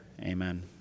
Amen